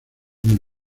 una